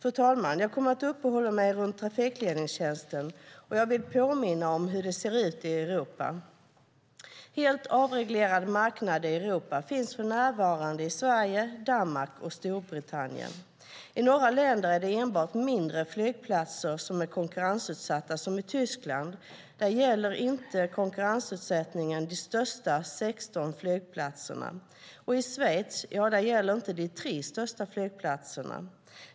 Fru talman! Jag kommer att uppehålla mig vid frågan om flygtrafikledningstjänsten, och jag vill påminna om hur det ser ut i Europa. Helt avreglerade marknader i Europa finns för närvarande i Sverige, Danmark och Storbritannien. I några länder är det enbart mindre flygplatser som är konkurrensutsatta, som i Tyskland. Där gäller inte konkurrensutsättningen de största 16 flygplatserna, och i Schweiz gäller det inte de tre största flygplatserna.